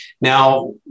Now